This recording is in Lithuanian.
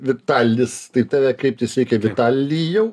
vitalis tai į tave kreiptis reikia vitalijau